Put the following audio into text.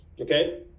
Okay